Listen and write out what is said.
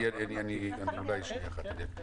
אני אקריא לך את זה.